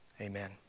Amen